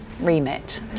remit